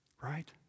Right